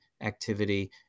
activity